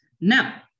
Now